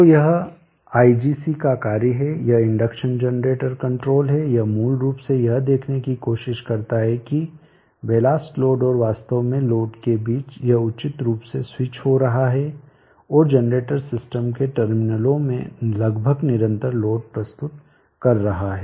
तो यह IGC का कार्य है यह इंडक्शन जनरेटर कंट्रोलर है यह मूल रूप से यह देखने की कोशिश करता है कि बेलास्ट लोड और वास्तव में लोड के बीच यह उचित रूप से स्विच हो रहा है और जनरेटर सिस्टम के टर्मिनलों में लगभग निरंतर लोड प्रस्तुत हो रहा है